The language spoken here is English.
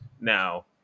Now